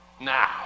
Now